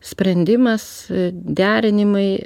sprendimas derinimai